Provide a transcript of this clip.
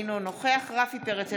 אינו נוכח רפי פרץ,